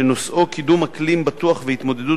ונושאו היה: קידום אקלים בטוח והתמודדות